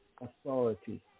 Authority